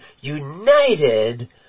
united